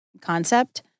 concept